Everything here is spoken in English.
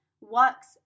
works